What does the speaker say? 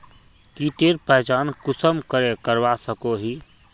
कीटेर पहचान कुंसम करे करवा सको ही?